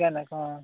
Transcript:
ᱜᱟᱱ ᱟᱠᱚ